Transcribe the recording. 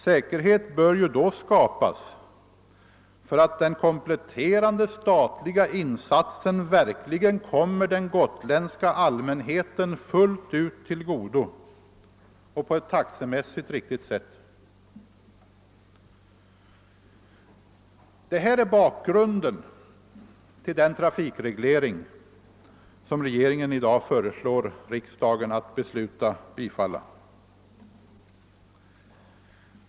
Säkerhet bör då skapas för att den kompletterande statliga insatsen verkligen kommer den gotländska allmänheten fullt ut till godo och på ett taxemässigt riktigt sätt. Det här är bakgrunden till den trafikreglering som regeringen i dag föreslår riksdagen att bifalla.